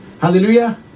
Hallelujah